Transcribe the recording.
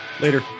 Later